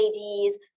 ladies